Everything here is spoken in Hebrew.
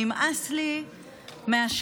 נמאס לי מהשקרים,